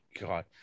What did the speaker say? god